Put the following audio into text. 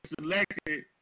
selected